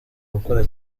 gukora